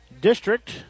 district